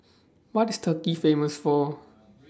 What IS Turkey Famous For